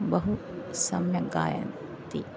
बहु सम्यक् गायन्ति